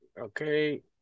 Okay